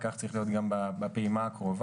כך צריך להיות גם בפעימה הקרובה.